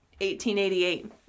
1888